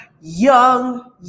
young